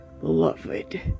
Beloved